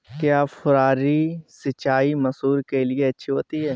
क्या फुहारी सिंचाई मसूर के लिए अच्छी होती है?